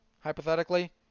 hypothetically